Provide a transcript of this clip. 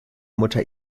mutter